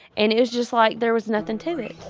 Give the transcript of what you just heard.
and it was just like, there was nothing to it,